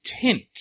tint